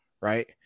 Right